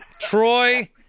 Troy